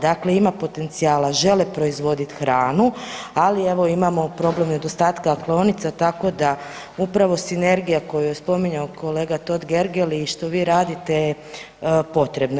Dakle, ima potencijala, žele proizvoditi hranu, ali evo imamo problem nedostatka klaonica tako da upravo sinergija koju je spominjao kolega Totgergeli i što vi radite je potrebno.